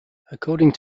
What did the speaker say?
according